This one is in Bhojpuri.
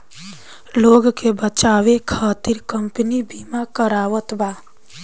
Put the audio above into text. लोग के बचावे खतिर कम्पनी बिमा करावत बा